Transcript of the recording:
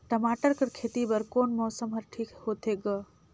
टमाटर कर खेती बर कोन मौसम हर ठीक होथे ग?